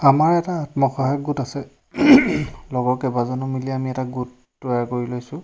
আমাৰ এটা আত্মসহায়ক গোট আছে লগৰ কেইবাজনো মিলি এটা গোট তৈয়াৰ কৰি লৈছোঁ